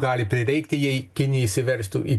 gali prireikti jei kinija įsiveržtų į